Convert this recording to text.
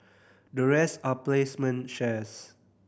the rest are placement shares